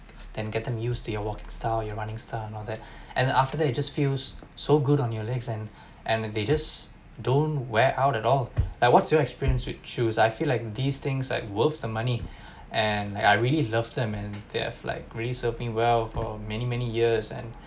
then get them used the your walking style your running style and all that and after that it just feels so good on your legs and and they just don't wear out at all like what's your experience with shoes I feel like these things like worth the money and I really love them and they're like really serve me well for many many years and